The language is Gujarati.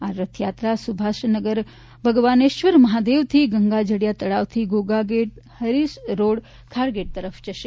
આ રથયાત્રા સુભાષ નગર ભગવાનેશ્વર મહાદેવથી ગંગાજળીયા તળાવથી Ghogha gate Harris road Khargate તરફ જશે